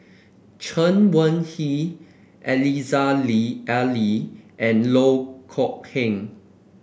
Chen Wen Hsi Aziza Ali and Loh Kok Heng